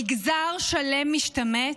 מגזר שלם משתמט,